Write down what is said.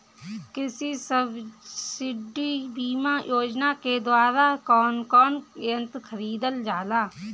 कृषि सब्सिडी बीमा योजना के द्वारा कौन कौन यंत्र खरीदल जाला?